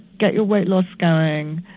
get your weight loss going,